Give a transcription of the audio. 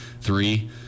three